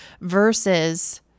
versus